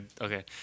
Okay